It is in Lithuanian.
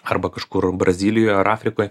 arba kažkur brazilijoj ar afrikoj